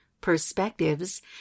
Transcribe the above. perspectives